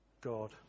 God